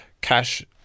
cash